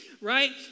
right